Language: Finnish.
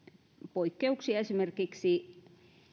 poikkeuksia esimerkiksi